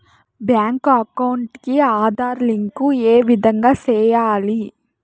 Bank account కి Aadhaar link ఏ విధంగా సెయ్యాలి?